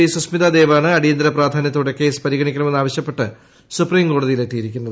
P സുസ്മിത്ാ ദേവാണ് അടിയന്തിര പ്രാധാന്യത്തോടെ ഈ ക്രേസ് പരിഗണിക്കണമെന്ന് ആവശ്യപ്പെട്ട് സുപ്രീംകോടതിയിലെത്തിയിരിക്കുന്നത്